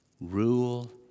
rule